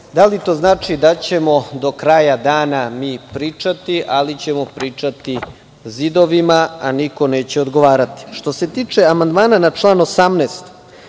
Da li to znači da ćemo do kraja dana mi pričati, ali ćemo pričati zidovima a niko neće odgovarati? Što se tiče amandmana na član 18.